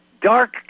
dark